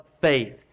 faith